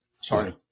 Sorry